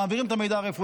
מעבירים את המידע הרפואי.